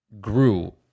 grew